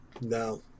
No